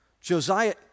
Josiah